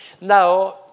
Now